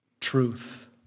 truth